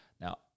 Now